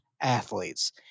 athletes